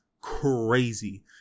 crazy